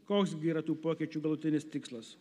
koks gi yra tų pokyčių galutinis tikslas